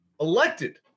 elected